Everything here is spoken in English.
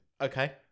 Okay